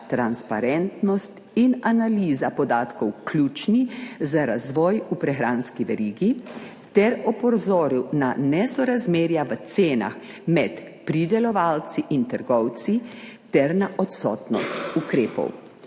transparentnost in analiza podatkov ključni za razvoj v prehranski verigi ter opozoril na nesorazmerja v cenah med pridelovalci in trgovci ter na odsotnost ukrepov.